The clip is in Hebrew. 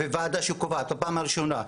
וועדה שהיא קובעת בפעם הראשונה,